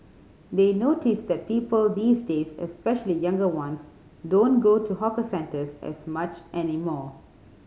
they notice that people these days especially younger ones don't go to hawker centres as much anymore